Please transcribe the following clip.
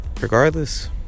regardless